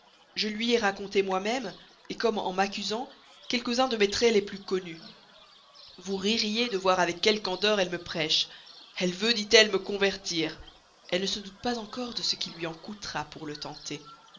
je lui ai raconté moi-même comme en m'accusant quelques-uns de mes traits les plus connus vous ririez de voir avec quelle candeur elle me prêche elle veut dit-elle me convertir elle ne se doute pas encore de ce qu'il lui en coûtera pour le tenter